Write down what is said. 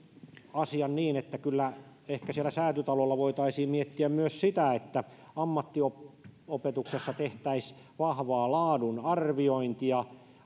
asian myös niin että ehkä siellä säätytalolla voitaisiin miettiä myös sitä että ammattiopetuksessa tehtäisiin vahvaa laadun arviointia ja